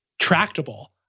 tractable